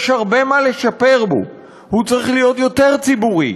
יש הרבה מה לשפר בו, הוא צריך להיות יותר ציבורי,